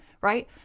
right